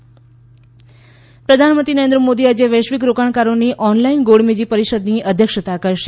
PM પ્રધાનમંત્રી નરેન્દ્ર મોદી આજે વૈશ્વિક રોકાણકારોની ઓનલાઇન ગોળમેજી પરિષદની અધ્યક્ષતા કરશે